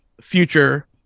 future